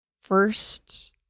first